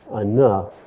enough